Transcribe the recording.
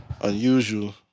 Unusual